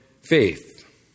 faith